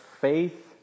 faith